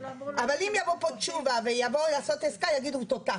אבל אם יבוא פה תשובה ויבואו לעשות עסקה יגידו הוא תותח,